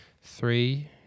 Three